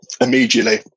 immediately